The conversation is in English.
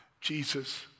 Jesus